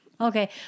Okay